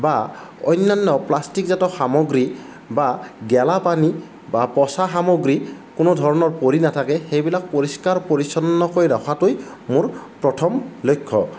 বা অন্য়ান্য় প্লাষ্টিকজাত সামগ্ৰী বা গেলাপানী বা পঁচা সামগ্ৰী কোনোধৰণৰ পৰি নাথাকে সেইবিলাক পৰিষ্কাৰ পৰিচ্ছন্নকৈ ৰখাটোৱেই মোৰ প্ৰথম লক্ষ্য়